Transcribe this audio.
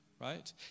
right